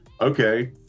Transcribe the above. okay